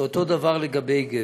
אותו הדבר לגבר.